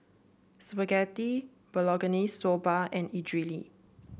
Spaghetti Bolognese Soba and Idili